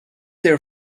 their